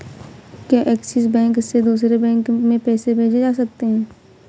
क्या Axis bank से दूसरे बैंक में पैसे भेजे जा सकता हैं?